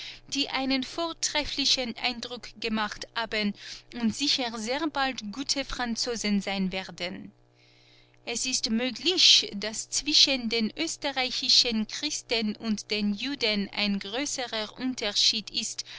die einen vortrefflichen eindruck gemacht haben und sicher sehr bald gute franzosen sein werden es ist möglich daß zwischen den österreichischen christen und den juden ein größerer unterschied ist